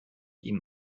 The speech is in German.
ihm